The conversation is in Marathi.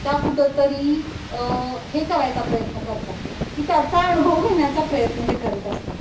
त्या कुठंतरी हे करायचा प्रयत्न करतात की त्याचा अनुभव घेण्याचा प्रयत्न ते करत असतात